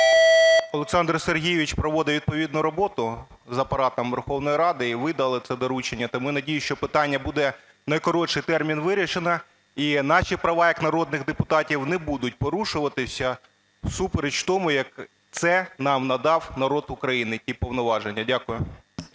Олександр Сергійович проводить відповідну роботу з Апаратом Верховної Ради, і ви дали це доручення, тому надіюсь, що питання буде в найкоротший термін вирішено, і наші права як народних депутатів не будуть порушуватися всупереч тому, як це нам надав народ України, ті повноваження. Дякую.